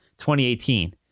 2018